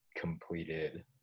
completed